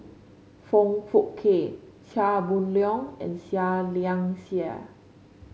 Foong Fook Kay Chia Boon Leong and Seah Liang Seah